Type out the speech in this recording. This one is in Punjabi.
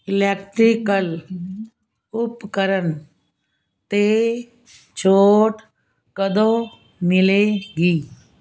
ਇਲੈਕਟ੍ਰੀਕਲ ਉਪਕਰਨ 'ਤੇ ਛੋਟ ਕਦੋਂ ਮਿਲੇਗੀ